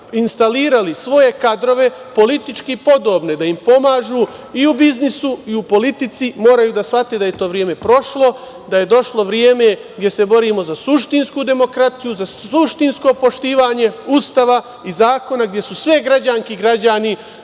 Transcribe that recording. da im pomažu i u biznisu i u politici, moraju da shvate da je to vreme prošlo, da je došlo vreme gde se borimo za suštinsku demokratiju, za suštinsko poštovanje Ustava i zakona gde su sve građanke i građani